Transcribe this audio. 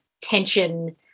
tension